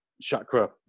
Chakra